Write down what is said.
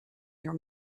your